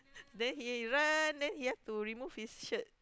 then he run then he have to remove his shirt